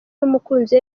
n’umukunzi